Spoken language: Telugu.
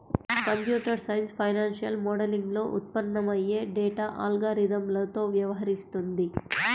కంప్యూటర్ సైన్స్ ఫైనాన్షియల్ మోడలింగ్లో ఉత్పన్నమయ్యే డేటా అల్గారిథమ్లతో వ్యవహరిస్తుంది